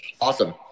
awesome